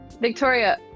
Victoria